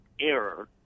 error